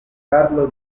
carlo